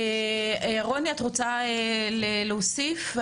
רוני, את רוצה להוסיף?